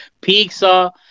pizza